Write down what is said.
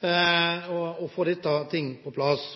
for å få disse tingene på plass.